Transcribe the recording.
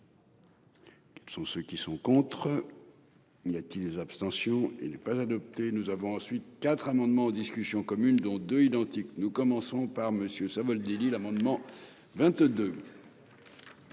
Quels sont ceux qui sont contre. Il y a-t-il les abstentions, il n'est pas adopté. Nous avons ensuite 4 amendements en discussion commune dont 2 identique, nous commençons par monsieur Savoldelli l'amendement 22.